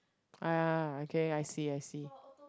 ah okay I see I see